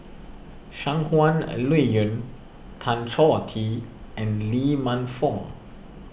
Shangguan Liuyun Tan Choh Tee and Lee Man Fong